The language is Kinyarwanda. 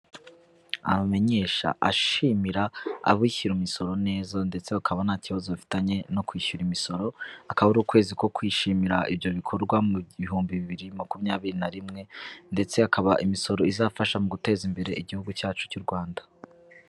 Abamenyesha ashimira abishyura imisoro neza ndetse bakaba nta kibazo bafitanye no kwishyura imisoro. Akaba ari ukwezi ko kwishimira ibyo bikorwa mu bihumbi bibiri makumyabiri na rimwe. Ndetse hakaba imisoro izafasha mu guteza imbere Igihugu cyacu cy'u Rwanda.